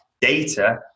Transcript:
data